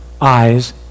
eyes